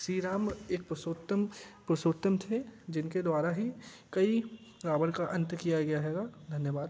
श्री राम एक पुरुषोत्तम पुरुषोत्तम थे जिनके द्वारा ही कई रावण का अंत किया है धन्यवाद